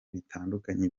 bitandukanye